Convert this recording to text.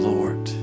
Lord